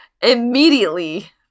immediately